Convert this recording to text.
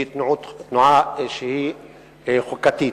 שהיא תנועה שהיא חוקתית,